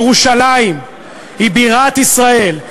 ירושלים היא בירת ישראל,